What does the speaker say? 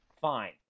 Fine